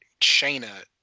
Shayna